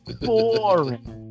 Boring